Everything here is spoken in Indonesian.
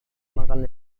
makan